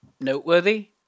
noteworthy